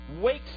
wakes